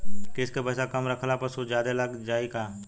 किश्त के पैसा कम रखला पर सूद जादे लाग जायी का?